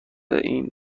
این